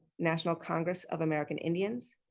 national congress of american indians.